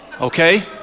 Okay